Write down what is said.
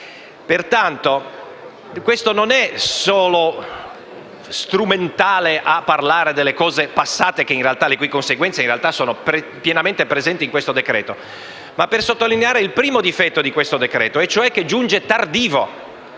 Pertanto, quanto dico non è solo strumentale a parlare di fatti passati, le cui conseguenze, in realtà, sono pienamente presenti in questo decreto, ma sottolinea il primo difetto di questo decreto e cioè che giunge tardivo.